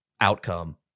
outcome